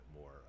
more